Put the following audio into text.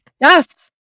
yes